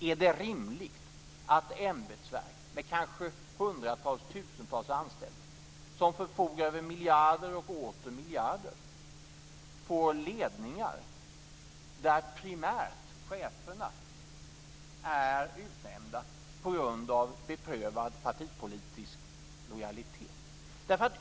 Är det rimligt att ämbetsverk med kanske tusentals anställda, som förfogar över miljarder och åter miljarder, får ledningar där cheferna primärt är utnämnda på grund av beprövad partipolitisk lojalitet?